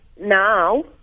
now